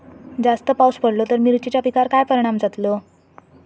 जास्त पाऊस पडलो तर मिरचीच्या पिकार काय परणाम जतालो?